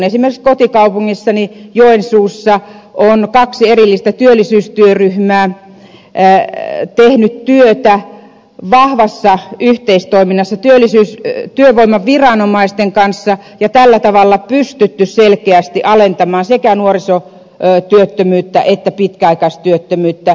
esimerkiksi kotikaupungissani joensuussa on kaksi erillistä työllisyystyöryhmää tehnyt työtä vahvassa yhteistoiminnassa työvoimaviranomaisten kanssa ja tällä tavalla on pystytty selkeästi alentamaan sekä nuorisotyöttömyyttä että pitkäaikaistyöttömyyttä